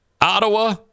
Ottawa